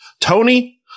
Tony